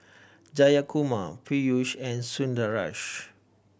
Jayakumar Peyush and Sundaresh